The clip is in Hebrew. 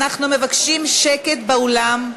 אנחנו מבקשים שקט באולם.